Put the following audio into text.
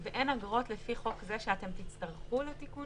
ואין אגרות לפי חוק זה שאתם תצטרכו לתיקון